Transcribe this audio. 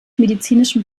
medizinischen